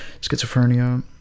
schizophrenia